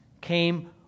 came